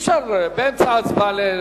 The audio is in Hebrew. אי-אפשר באמצע הצבעה,